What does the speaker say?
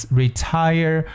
retire